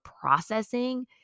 processing